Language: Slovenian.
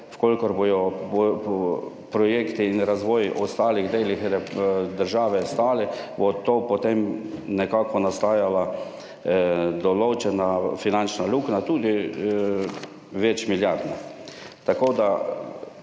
v kolikor bodo projekti in razvoj v ostalih delih države stali, bo to potem nekako nastajala določena finančna luknja, tudi več milijardna.